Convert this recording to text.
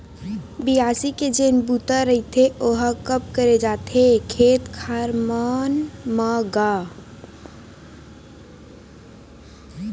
बियासी के जेन बूता रहिथे ओहा कब करे जाथे खेत खार मन म गा?